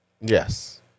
Yes